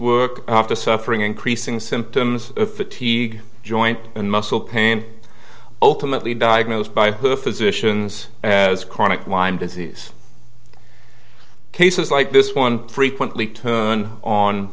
work after suffering increasing symptoms of fatigue joint and muscle pain ultimately diagnosed by her physicians as chronic lyme disease cases like this one frequently turn on